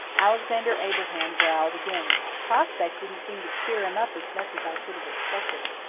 alexander abraham growled again. the prospect didn't seem to cheer him up as much as i should have expected.